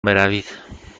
بروید